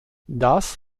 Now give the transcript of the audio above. das